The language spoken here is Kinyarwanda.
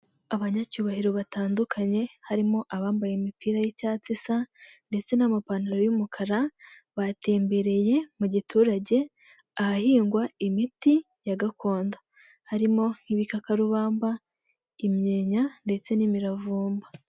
Abanyacyubahiro batandukanye, harimo abambaye imipira y'icyatsi isa ndetse n'amapantaro y'umukara, batembereye mu giturage, ahahingwa imiti ya gakondo. Harimo nk'ibikakarubamba, imyenya, ndetse n'imiravumba.